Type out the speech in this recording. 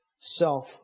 self